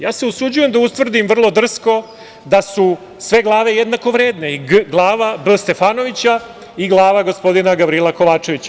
Ja se usuđujem da utvrdim vrlo drsko da su sve glave jednako vredne i glava B. Stefanovića i glava gospodina Gavrila Kovačevića.